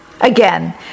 Again